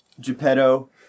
Geppetto